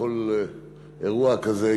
בכל אירוע כזה,